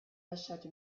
lasciato